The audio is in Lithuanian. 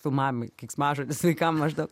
filmavimai keiksmažodis vaikam maždaug